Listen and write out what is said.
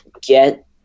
get